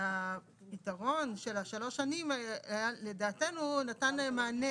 והפתרון של שלוש השנים לדעתנו נתן מענה